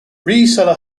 reseller